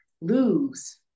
lose